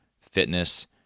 fitness